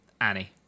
Annie